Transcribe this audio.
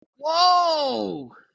Whoa